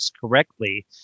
correctly